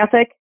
ethic